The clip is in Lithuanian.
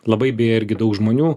labai beje irgi daug žmonių